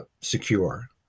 secure